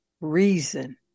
reason